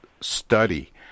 study